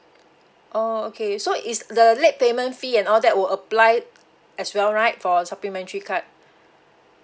oh okay so is the late payment fee and all that will apply as well right for supplementary card